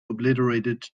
obliterated